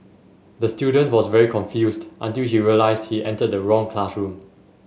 the student was very confused until he realised he entered the wrong classroom